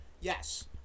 yes